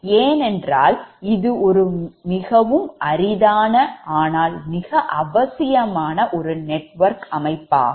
ஏனென்றால் இது ஒரு மிகவும் அரிதான ஆனால் மிக அவசியமான ஒரு நெட்வொர்க் ஆகும்